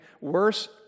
worse